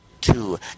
two